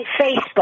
Facebook